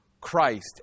Christ